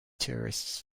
tourists